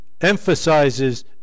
emphasizes